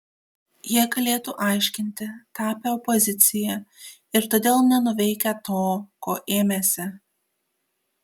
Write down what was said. jie galėtų aiškinti tapę opozicija ir todėl nenuveikę to ko ėmėsi